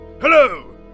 Hello